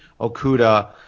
Okuda